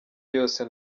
yose